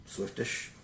Swiftish